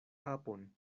kapon